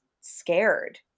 scared